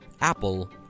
Apple